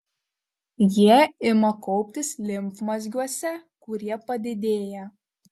jie ima kauptis limfmazgiuose kurie padidėja